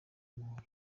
umuhoro